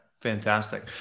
Fantastic